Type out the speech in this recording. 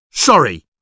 Sorry